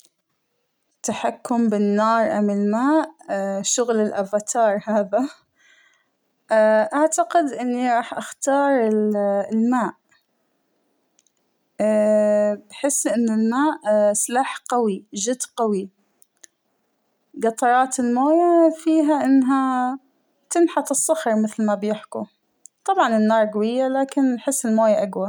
التحكم بالنار أم الماء شغل الأفتار هذا أعتقد راح أختار الماء بحس إن الماء سلاح قوى جد قوى قطرات الموية فيها إنها تنحت الصخر مثل ما بيحكوا ، طبعاً النار قوية لكن بحس الماى أقوى.